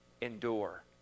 Endure